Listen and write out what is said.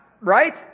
Right